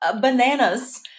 bananas